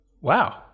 Wow